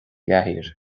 gcathaoir